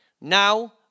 Now